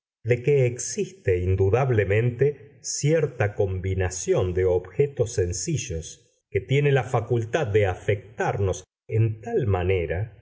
de que existe indudablemente cierta combinación de objetos sencillos que tiene la facultad de afectarnos en tal manera